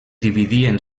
dividien